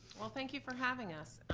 well, thank you for having us.